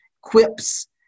quips